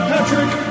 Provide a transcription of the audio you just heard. Patrick